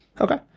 Okay